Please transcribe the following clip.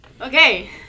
Okay